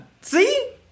See